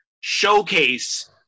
showcase